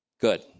Good